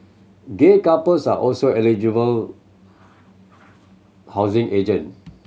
gay couples are also eligible housing agent